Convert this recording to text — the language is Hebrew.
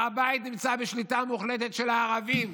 הר הבית נמצא בשליטה מוחלטת של הערבים.